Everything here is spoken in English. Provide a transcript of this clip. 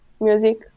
music